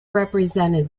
represented